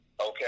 Okay